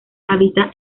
habita